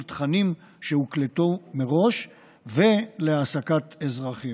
תכנים שהוקלטו מראש ולהעסקת אזרחים.